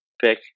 pick